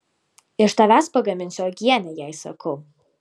iš tavęs pagaminsiu uogienę jai sakau